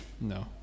No